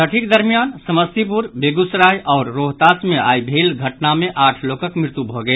छठिक दरमियान समस्तीपुर बेगूसराय आओर रोहतास मे आइ भेल घटना मे आठ लोकक मृत्यु भऽ गेल